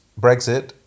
Brexit